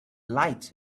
lights